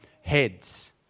heads